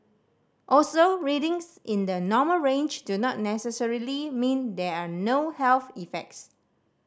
also readings in the normal range do not necessarily mean there are no health effects